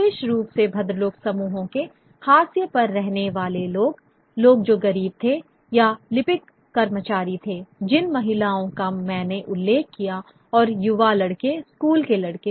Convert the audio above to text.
विशेष रूप से भद्रलोक समूहों के हाशिये पर रहने वाले लोग लोग जो गरीब थे या लिपिक कर्मचारी थे जिन महिलाओं का मैंने उल्लेख किया और युवा लड़के स्कूल के लड़के